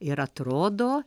ir atrodo